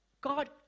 God